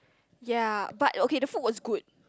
ya but okay the food was good